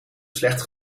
slecht